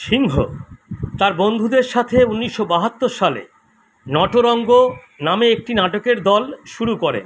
সিংহ তার বন্ধুদের সাথে উনিশশো বাহাত্তর সালে নটরঙ্গ নামে একটি নাটকের দল শুরু করেন